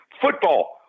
football